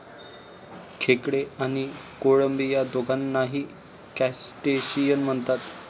खेकडे आणि कोळंबी या दोघांनाही क्रस्टेशियन म्हणतात